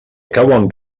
cauen